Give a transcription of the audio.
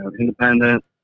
independent